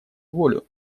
волю